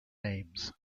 names